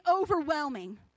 overwhelming